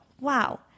wow